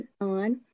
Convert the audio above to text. on